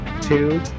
two